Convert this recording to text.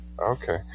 Okay